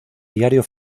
diario